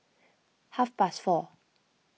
half past four